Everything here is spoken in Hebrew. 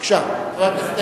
בבקשה, חבר הכנסת